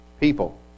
people